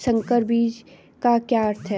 संकर बीज का अर्थ क्या है?